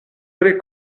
tre